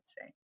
say